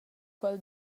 quel